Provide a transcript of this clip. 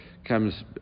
comes